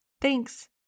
Thanks